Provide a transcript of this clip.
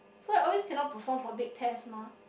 so always cannot perform for big test mah